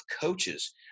coaches